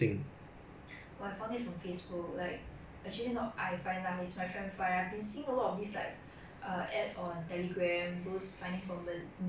err ad on telegram those finding for ma~ malay and tamil speakers then like I don't see chinese [one] mah then some of my friends send me this post on facebook